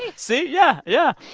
yeah see. yeah, yeah.